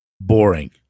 boring